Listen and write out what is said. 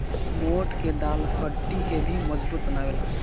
मोठ के दाल हड्डी के भी मजबूत बनावेला